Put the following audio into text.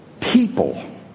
people